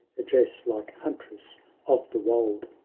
dress like huntress of the wold.